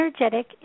energetic